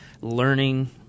learning